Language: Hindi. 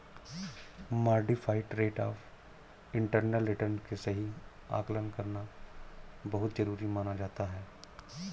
modified rate of internal return के सही आकलन करना बहुत जरुरी माना जाता है